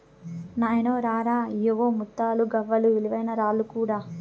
నాయినో రా రా, ఇయ్యిగో ముత్తాలు, గవ్వలు, విలువైన రాళ్ళు కూడా